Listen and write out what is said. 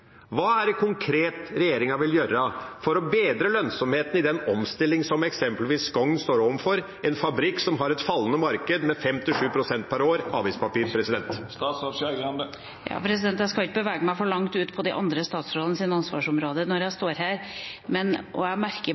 Hva er det regjeringa vil gjøre konkret for å bedre lønnsomheten i den omstillingen som eksempelvis Skogn står overfor, en avispapirfabrikk som har et fallende marked på 5–7 pst. per år? Jeg skal ikke bevege meg for langt ut på de andre statsrådenes ansvarsområder når jeg står her – og jeg merker